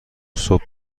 صبح